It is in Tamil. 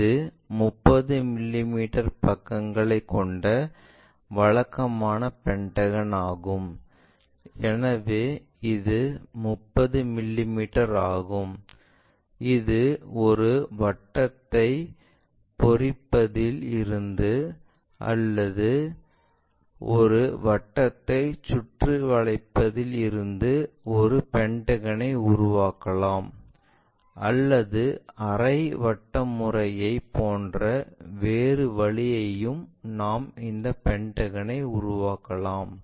இது 30 மிமீ பக்கங்களைக் கொண்ட வழக்கமான பென்டகன் ஆகும் எனவே இது 30 மிமீ ஆகும் இது ஒரு வட்டத்தை பொறிப்பதில் இருந்து அல்லது ஒரு வட்டத்தை சுற்றிவளைப்பதில் இருந்து ஒரு பென்டகனை உருவாக்கலாம் அல்லது அரை வட்டம் முறையைப் போன்ற வேறு வழியையும் நாம் இந்த பென்டகனைக் உருவாக்கலாம்